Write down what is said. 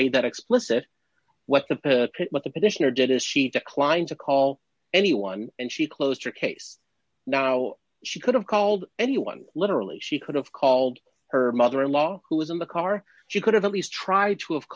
made that explicit what the what the petitioner did is she declined to call anyone and she closed her case now she could have called anyone literally she could have called her mother in law who was in the car she could have at least tried to